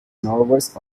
northwest